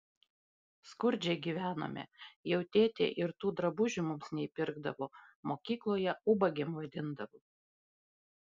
skurdžiai gyvenome jau tėtė ir tų drabužių mums neįpirkdavo mokykloje ubagėm vadindavo